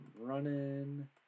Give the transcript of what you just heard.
running